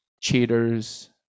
cheaters